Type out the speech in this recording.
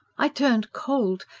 i turned cold.